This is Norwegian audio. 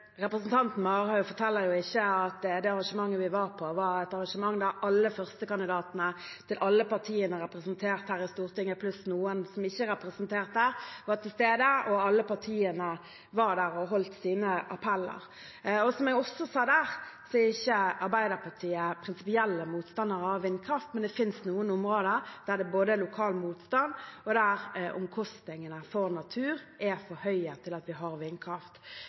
Representanten Marhaug forteller ikke at det arrangementet vi var på, var et arrangement der alle førstekandidatene til alle partiene som er representert her i Stortinget, pluss noen som ikke er representert her, var til stede, og alle partiene var der og holdt sine appeller. Som jeg også sa der, er ikke Arbeiderpartiet prinsipielle motstandere av vindkraft, men det finnes noen områder der det både er lokal motstand, og der omkostningene for naturen er for høye til at vi kan ha vindkraft.